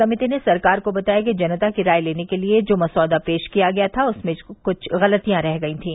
समिति ने सरकार को बताया कि जनता की राय लेने के लिए जो मसौदा पेश किया गया था उसमें कुछ गलतिया रह गई थीं